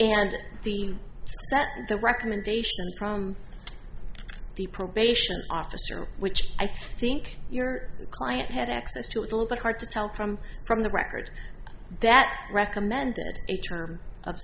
and the that the recommendation from the probation officer which i think your client had access to it's all a bit hard to tell from from the record that recommended a term of